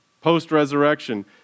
post-resurrection